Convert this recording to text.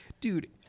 dude